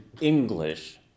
English